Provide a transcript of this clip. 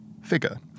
figure